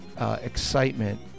Excitement